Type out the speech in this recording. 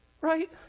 Right